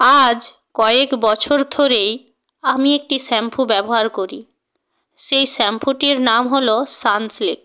আজ কয়েক বছর ধরেই আমি একটি শ্যাম্পু ব্যবহার করি সেই শ্যাম্পুটির নাম হলো সানসিল্ক